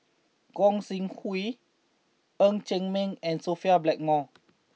Gog Sing Hooi Ng Chee Meng and Sophia Blackmore